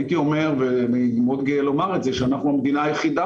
אני מאוד גאה לומר את זה שאנחנו המדינה היחידה